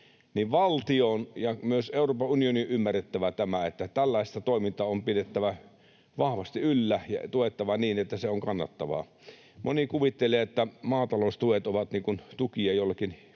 Valtion ja myös Euroopan unionin on ymmärrettävä, että tällaista toimintaa on pidettävä vahvasti yllä ja tuettava niin, että se on kannattavaa. Moni kuvittelee, että maataloustuet ovat tukia jollekin pienelle